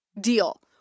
deal